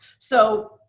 so,